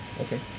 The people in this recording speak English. okay